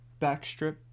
backstrip